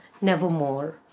Nevermore